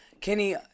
Kenny